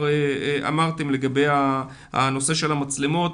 נושא המצלמות,